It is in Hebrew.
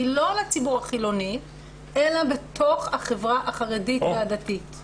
שהיא לא לציבור החילוני אלא בתוך החברה החרדית והדתית.